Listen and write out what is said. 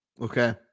Okay